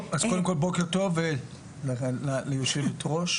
בוקר טוב ליושבת ראש